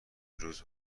روز